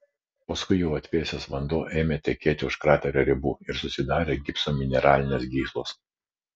paskui jau atvėsęs vanduo ėmė tekėti už kraterio ribų ir susidarė gipso mineralinės gyslos